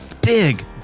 big